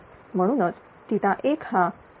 म्हणूनच1 हा cos 10